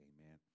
Amen